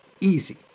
easy